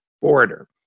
border